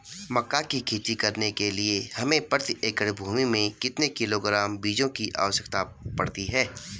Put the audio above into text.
मक्का की खेती करने के लिए हमें प्रति एकड़ भूमि में कितने किलोग्राम बीजों की आवश्यकता पड़ती है?